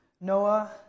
Noah